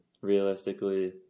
realistically